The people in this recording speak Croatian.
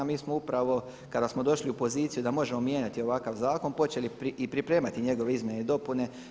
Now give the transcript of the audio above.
Mi smo upravo kada smo došli u poziciju da možemo mijenjati ovakav zakon počeli i pripremati njegove izmjene i dopune.